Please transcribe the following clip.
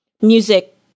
music